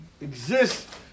exist